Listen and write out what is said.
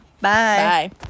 Bye